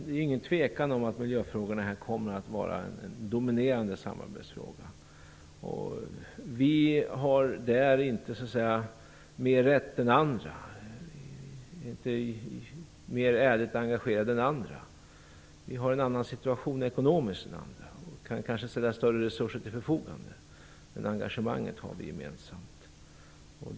Det är ingen tvekan om att miljön kommer att vara en dominerande samarbetsfråga. Vi är inte mer ärligt engagerade än andra. Vi har däremot en annan ekonomisk situation än andra och kan kanske ställa större resurser till förfogande. Men engagemanget har vi gemensamt.